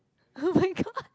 [oh]-my-god